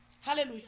Hallelujah